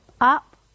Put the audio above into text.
up